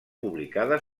publicada